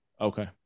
okay